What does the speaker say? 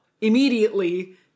immediately